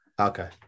Okay